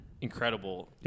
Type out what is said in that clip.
incredible